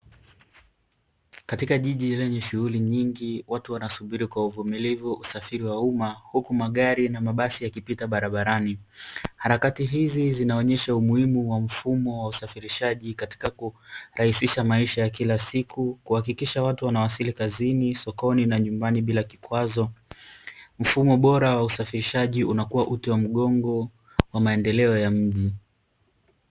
Katika jiji lenye shughuli nyingi watu wanasubiri kwa uvumiivu usafiri wa uma huku magari na mabasi yakipita barabarani. Harakati hizi zinaonyesha umuhimu wa mfumo wa usafirishaji katika kurahisisha maisha ya kila siku kuhakikisha watu wanawasili kazini, sokoni na nyumbani bila kikwazo. Mfumo bora wa usafirishaji unakuwa uti wa mgongo wa maendeleo ya mji.